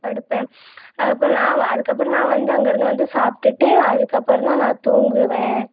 படுப்பேன் அதுக்கு அப்புறம் நான் அதுக்கு அப்புறம் நான் வந்து அங்கே இருந்து வந்து சாப்பிட்டுட்டு அதுக்கு அப்புறம் தான் நான் தூங்குவேன்